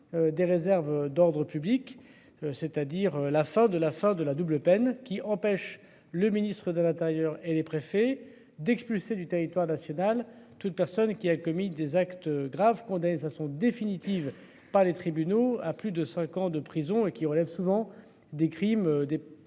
Des réserves d'ordre public, c'est-à-dire la fin de la fin de la double peine qui empêche le ministre de l'Intérieur et les préfets d'expulser du territoire national. Toute personne qui a commis des actes graves condamné ça sont définitives. Pas les tribunaux à plus de 5 ans de prison et qui relève souvent des crimes des